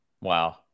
Wow